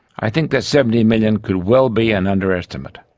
i think that seventy million could well be an underestimate.